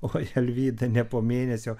oi alvyda ne po mėnesio